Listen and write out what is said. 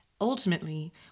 Ultimately